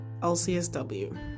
LCSW